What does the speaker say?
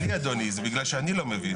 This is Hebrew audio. זה בגללי, אדוני, זה בגלל שאני לא מבין.